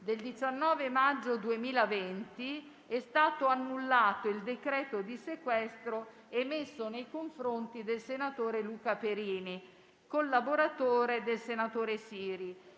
del 19 maggio 2020, è stato annullato il decreto di sequestro emesso nei confronti del signor Luca Perini, collaboratore del senatore Siri,